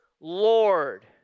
Lord